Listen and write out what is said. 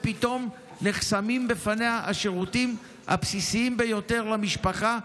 פתאום נחסמים בפניה השירותים הבסיסיים ביותר למשפחה,